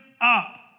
up